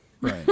right